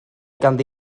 ganddi